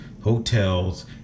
hotels